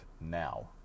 now